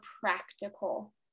practical